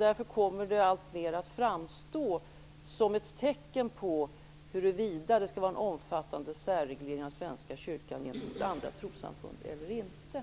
Därför kommer det alltmer att framstå som ett tecken på huruvida det skall vara en omfattande särreglering av Svenska kyrkan jämfört med andra trossamfund eller inte.